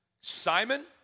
Simon